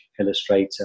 illustrator